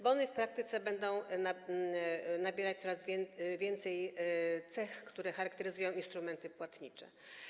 Bony w praktyce będą nabierać coraz więcej cech, które charakteryzują instrumenty płatnicze.